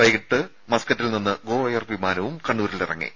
വൈകിട്ട് മസ്ക്കറ്റിൽ നിന്ന് ഗോ എയർ വിമാനവും കണ്ണൂരിലിറങ്ങി